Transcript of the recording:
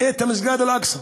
את מסגד אל-אקצא,